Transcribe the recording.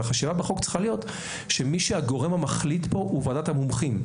אבל החשיבה בחוק צריכה להיות שמי שהגורם המחליט פה הוא ועדת המומחים.